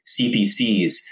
CPCs